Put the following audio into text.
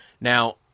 Now